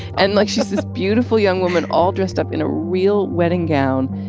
and, like, she's this beautiful young woman all dressed up in a real wedding gown,